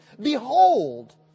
behold